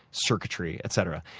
circuitry, etcetera.